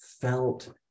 felt